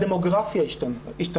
הדמוגרפיה השתנה.